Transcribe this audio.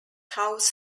house